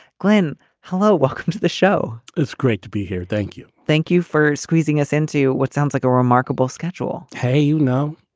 glenn, hello. welcome to the show. it's great to be here. thank you. thank you for squeezing us into what sounds like a remarkable schedule. hey, you know,